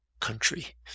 country